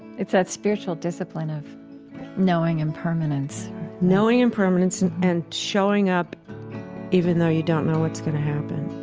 it's that spiritual discipline of knowing impermanence knowing impermanence and and showing up even though you don't know what's going to happen